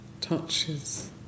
touches